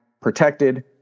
protected